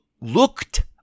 looked